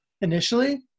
initially